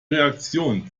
reaktion